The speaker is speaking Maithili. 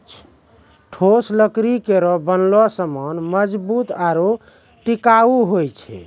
ठोस लकड़ी केरो बनलो सामान मजबूत आरु टिकाऊ होय छै